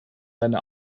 seine